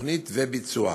התוכנית וביצועה.